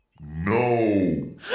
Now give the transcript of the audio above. No